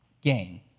gain